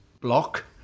block